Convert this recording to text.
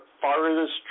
farthest